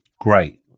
great